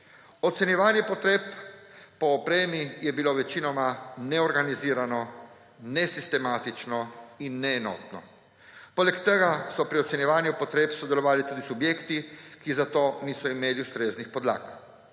Ocenjevanje potreb po opremi je bilo večinoma neorganizirano, nesistematično in neenotno. Poleg tega so pri ocenjevanju potreb sodelovali tudi subjekti, ki za to niso imeli ustreznih podlag.